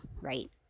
right